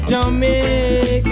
Jamaica